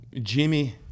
Jimmy